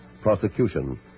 prosecution